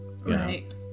Right